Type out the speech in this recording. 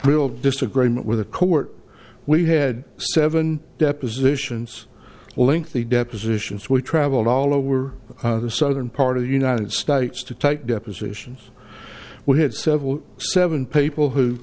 real disagreement with the court we had seven depositions lengthy depositions we traveled all over the southern part of the united states to take depositions we had several seven people who